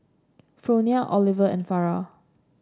Fronia Oliver and Farrah